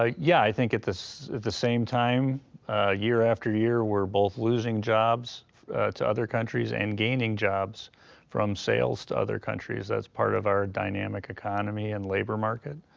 i yeah think at the same time year after year we're both losing jobs to other countries and gaining jobs from sales to other countries. that's part of our dynamic economy and labor market.